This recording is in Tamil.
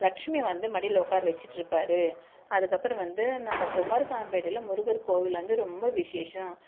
லக்ஷ்மி வந்து மடியில் உக்கார வச்சிட்டுருப்பாரு அதுக்கு அப்புறம் வந்து நம்ப குமாரசாமி பேட்டையில் முருகர் கோவிலில் வந்து ரொம்ப விசேஷம்